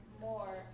more